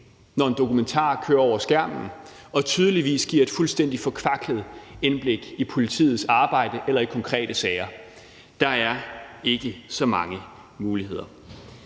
når en dokumentar kører over skærmen og tydeligvis giver et fuldstændig forkvaklet indblik i politiets arbejde eller i konkrete sager. Der er ikke så mange muligheder.